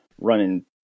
running